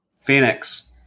Phoenix